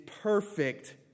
perfect